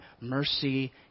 mercy